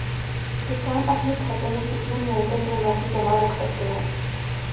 किसान अपने खाते में कितनी न्यूनतम धनराशि जमा रख सकते हैं?